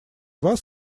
вас